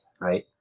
right